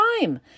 time